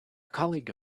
colleague